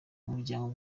umuryango